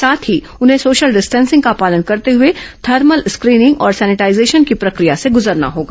साथ ही उन्हें सोशल डिस्टेंसिंग का पालन करते हुए थर्मल स्क्रीनिंग और सैनिटाईजेशन की प्रक्रिया से गुजरना होगा